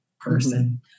person